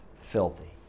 filthy